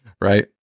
right